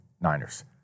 Niners